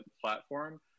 platform